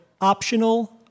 optional